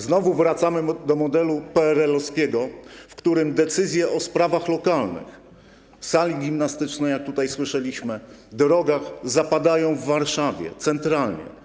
Znowu wracamy do modelu PRL-owskiego, w którym decyzję o sprawach lokalnych, sali gimnastycznej, jak tutaj słyszeliśmy, drogach, zapadają w Warszawie, centralnie.